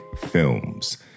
Films